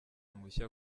mushya